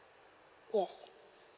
yes